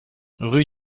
rue